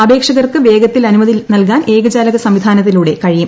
അപേക്ഷകർക്ക് വേഗത്തിൽ അനുമതി നൽകാൻ ഏകജാലക സംവിധാനത്തിലൂടെ കഴിയും